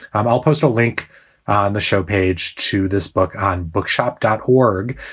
um i'll post a link on the show page to this book on bookshop dot haug.